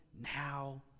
now